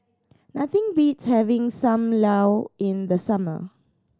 nothing beats having Sam Lau in the summer